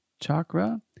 chakra